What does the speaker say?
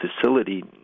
facility